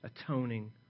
atoning